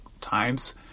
times